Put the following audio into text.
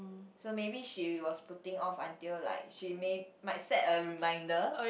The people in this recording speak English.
so maybe she was putting off until like she may might set a reminder